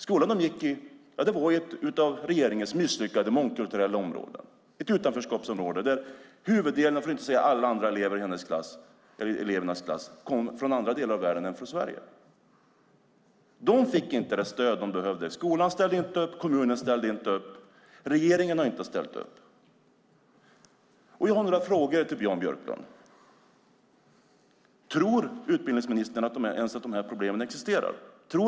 Skolan de gick i låg i ett av regeringens misslyckade mångkulturella områden, ett utanförskapsområde där huvuddelen av eleverna, för att inte säga alla andra, i döttrarnas klass kom från andra delar av världen. De fick inte det stöd de behövde. Skolan ställde inte upp. Kommunen ställde inte upp. Regeringen har inte ställt upp. Jag har därför några frågor till Jan Björklund. Tror utbildningsministern och regeringen ens att dessa problem existerar?